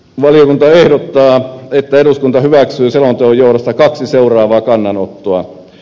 valiokunta ehdottaa että eduskunta hyväksyy selonteon johdosta seuraavan kannanoton